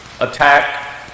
attack